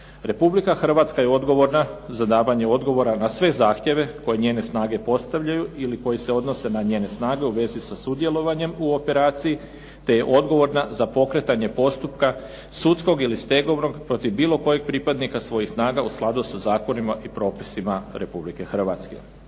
Republika Hrvatska je odgovorna za davanje odgovora na sve zahtjeve koje njene snage postavljaju ili koji se odnose na njene snage u svezi za sudjelovanjem u operaciji te je odgovorna za pokretanje postupka sudskog ili stegovnog protiv bilo kojeg pripadnika svojih snaga u skladu sa zakonima i propisima Republike Hrvatske.